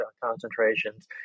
concentrations